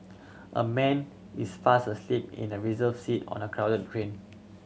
a man is fast asleep in a reserved seat on a crowded train